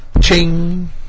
Ching